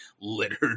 littered